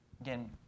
again